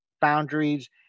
boundaries